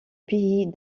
pays